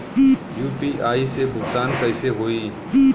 UPI से भुगतान कइसे होहीं?